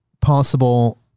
possible